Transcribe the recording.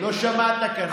לא שמעת, כנראה.